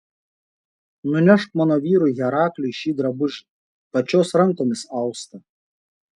nunešk mano vyrui herakliui šį drabužį pačios rankomis austą